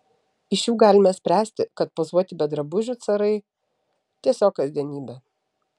iš jų galime spręsti kad pozuoti be drabužių carai tiesiog kasdienybė